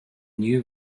new